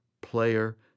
player